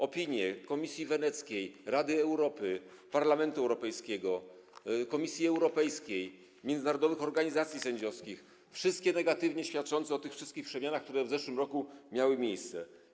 Opinie Komisji Weneckiej, Rady Europy, Parlamentu Europejskiego, Komisji Europejskiej, międzynarodowych organizacji sędziowskich - wszystkie negatywnie świadczące o tych wszystkich przemianach, które w zeszłym roku miały miejsce.